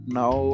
now